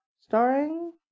Starring